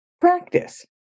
practice